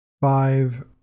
five